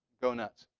go nuts.